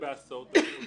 נושא החלטות של המנהל,